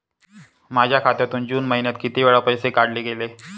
माझ्या खात्यातून जून महिन्यात किती वेळा पैसे काढले गेले?